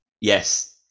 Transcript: Yes